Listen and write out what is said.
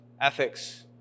ethics